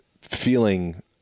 feeling